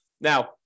Now